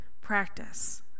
practice